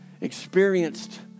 experienced